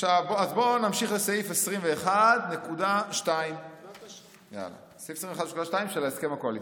בוא נמשיך לסעיף 21.2 של ההסכם הקואליציוני: